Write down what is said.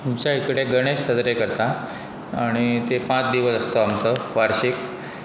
आमच्या कडेन गणेश सदरे करता आनी ते पांच दिवस आसता आमचो वार्शीक